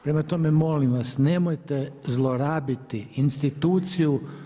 Prema tome, molim vas nemojte zlorabiti instituciju.